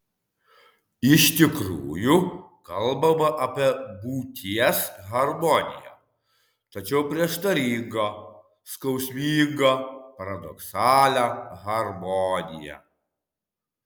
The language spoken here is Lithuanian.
iš tikrųjų kalbama apie būties harmoniją tačiau prieštaringą skausmingą paradoksalią harmoniją